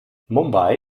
mumbai